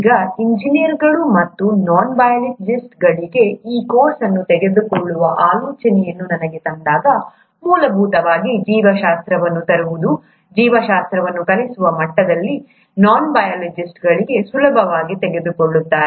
ಈಗ ಇಂಜಿನಿಯರ್ಗಳು ಮತ್ತು ನಾನ್ಬಯಾಲಜಿಸ್ಟ್ಗಳಿಗೆ ಈ ಕೋರ್ಸ್ ಅನ್ನು ತೆಗೆದುಕೊಳ್ಳುವ ಈ ಆಲೋಚನೆಯನ್ನು ನನಗೆ ತಂದಾಗ ಮೂಲಭೂತವಾಗಿ ಜೀವಶಾಸ್ತ್ರವನ್ನು ತರುವುದು ಜೀವಶಾಸ್ತ್ರವನ್ನು ಕಲಿಸುವ ಮಟ್ಟದಲ್ಲಿ ನಾನ್ಬಯಾಲಜಿಸ್ಟ್ಗಳಿಗೆ ಸುಲಭವಾಗಿ ತೆಗೆದುಕೊಳ್ಳುತ್ತಾರೆ